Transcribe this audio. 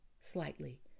slightly